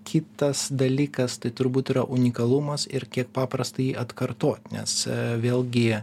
kitas dalykas tai turbūt yra unikalumas ir kiek paprasta jį atkartot nes vėlgi